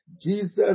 Jesus